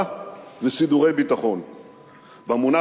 בלוד.